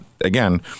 again